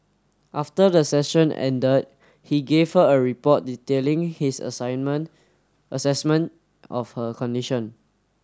after the session ended he gave her a report detailing his assignment assessment of her condition